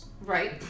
right